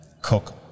cook